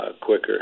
quicker